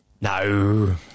No